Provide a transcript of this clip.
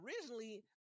originally